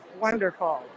wonderful